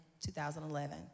2011